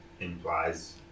implies